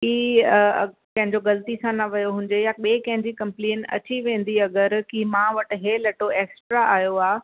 की कंहिंजो ग़लती सां न वियो हुजे या ॿिए कंहिंजी कंप्लेन अची वेंदी अगरि की मां वटि हे लटो एक्स्ट्रा आयो आहे